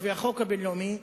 לפי החוק הבין-לאומי,